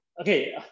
okay